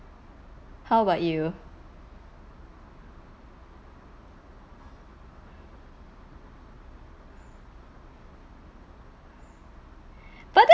how about you but then